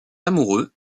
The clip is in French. amoureux